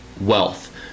wealth